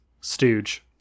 stooge